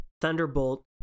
Thunderbolt